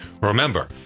Remember